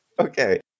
Okay